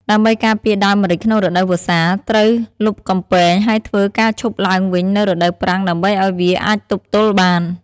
ដើម្បីការពារដើមម្រេចក្នុងរដូវវស្សា ត្រូវលប់កំពែងហើយធ្វើការលប់ឡើងវិញនៅរដូវប្រាំងដើម្បីឱ្យវាអាចទប់ទល់បាន។